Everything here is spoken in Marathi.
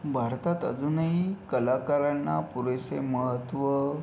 भारतात अजूनही कलाकारांना पुरेसे महत्त्व